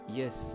yes